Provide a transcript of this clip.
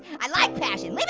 i like passion.